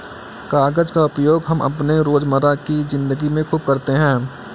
कागज का उपयोग हम अपने रोजमर्रा की जिंदगी में खूब करते हैं